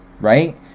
Right